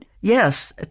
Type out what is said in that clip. Yes